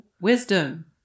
wisdom